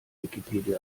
wikipedia